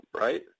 right